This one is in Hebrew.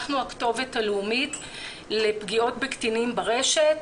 אנחנו הכתובת הלאומית לפגיעות בקטינים ברשת,